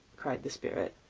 cried the spirit.